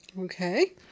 Okay